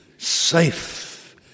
Safe